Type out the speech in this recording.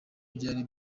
byari